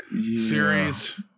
series